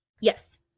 Yes